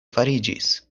fariĝis